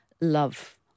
love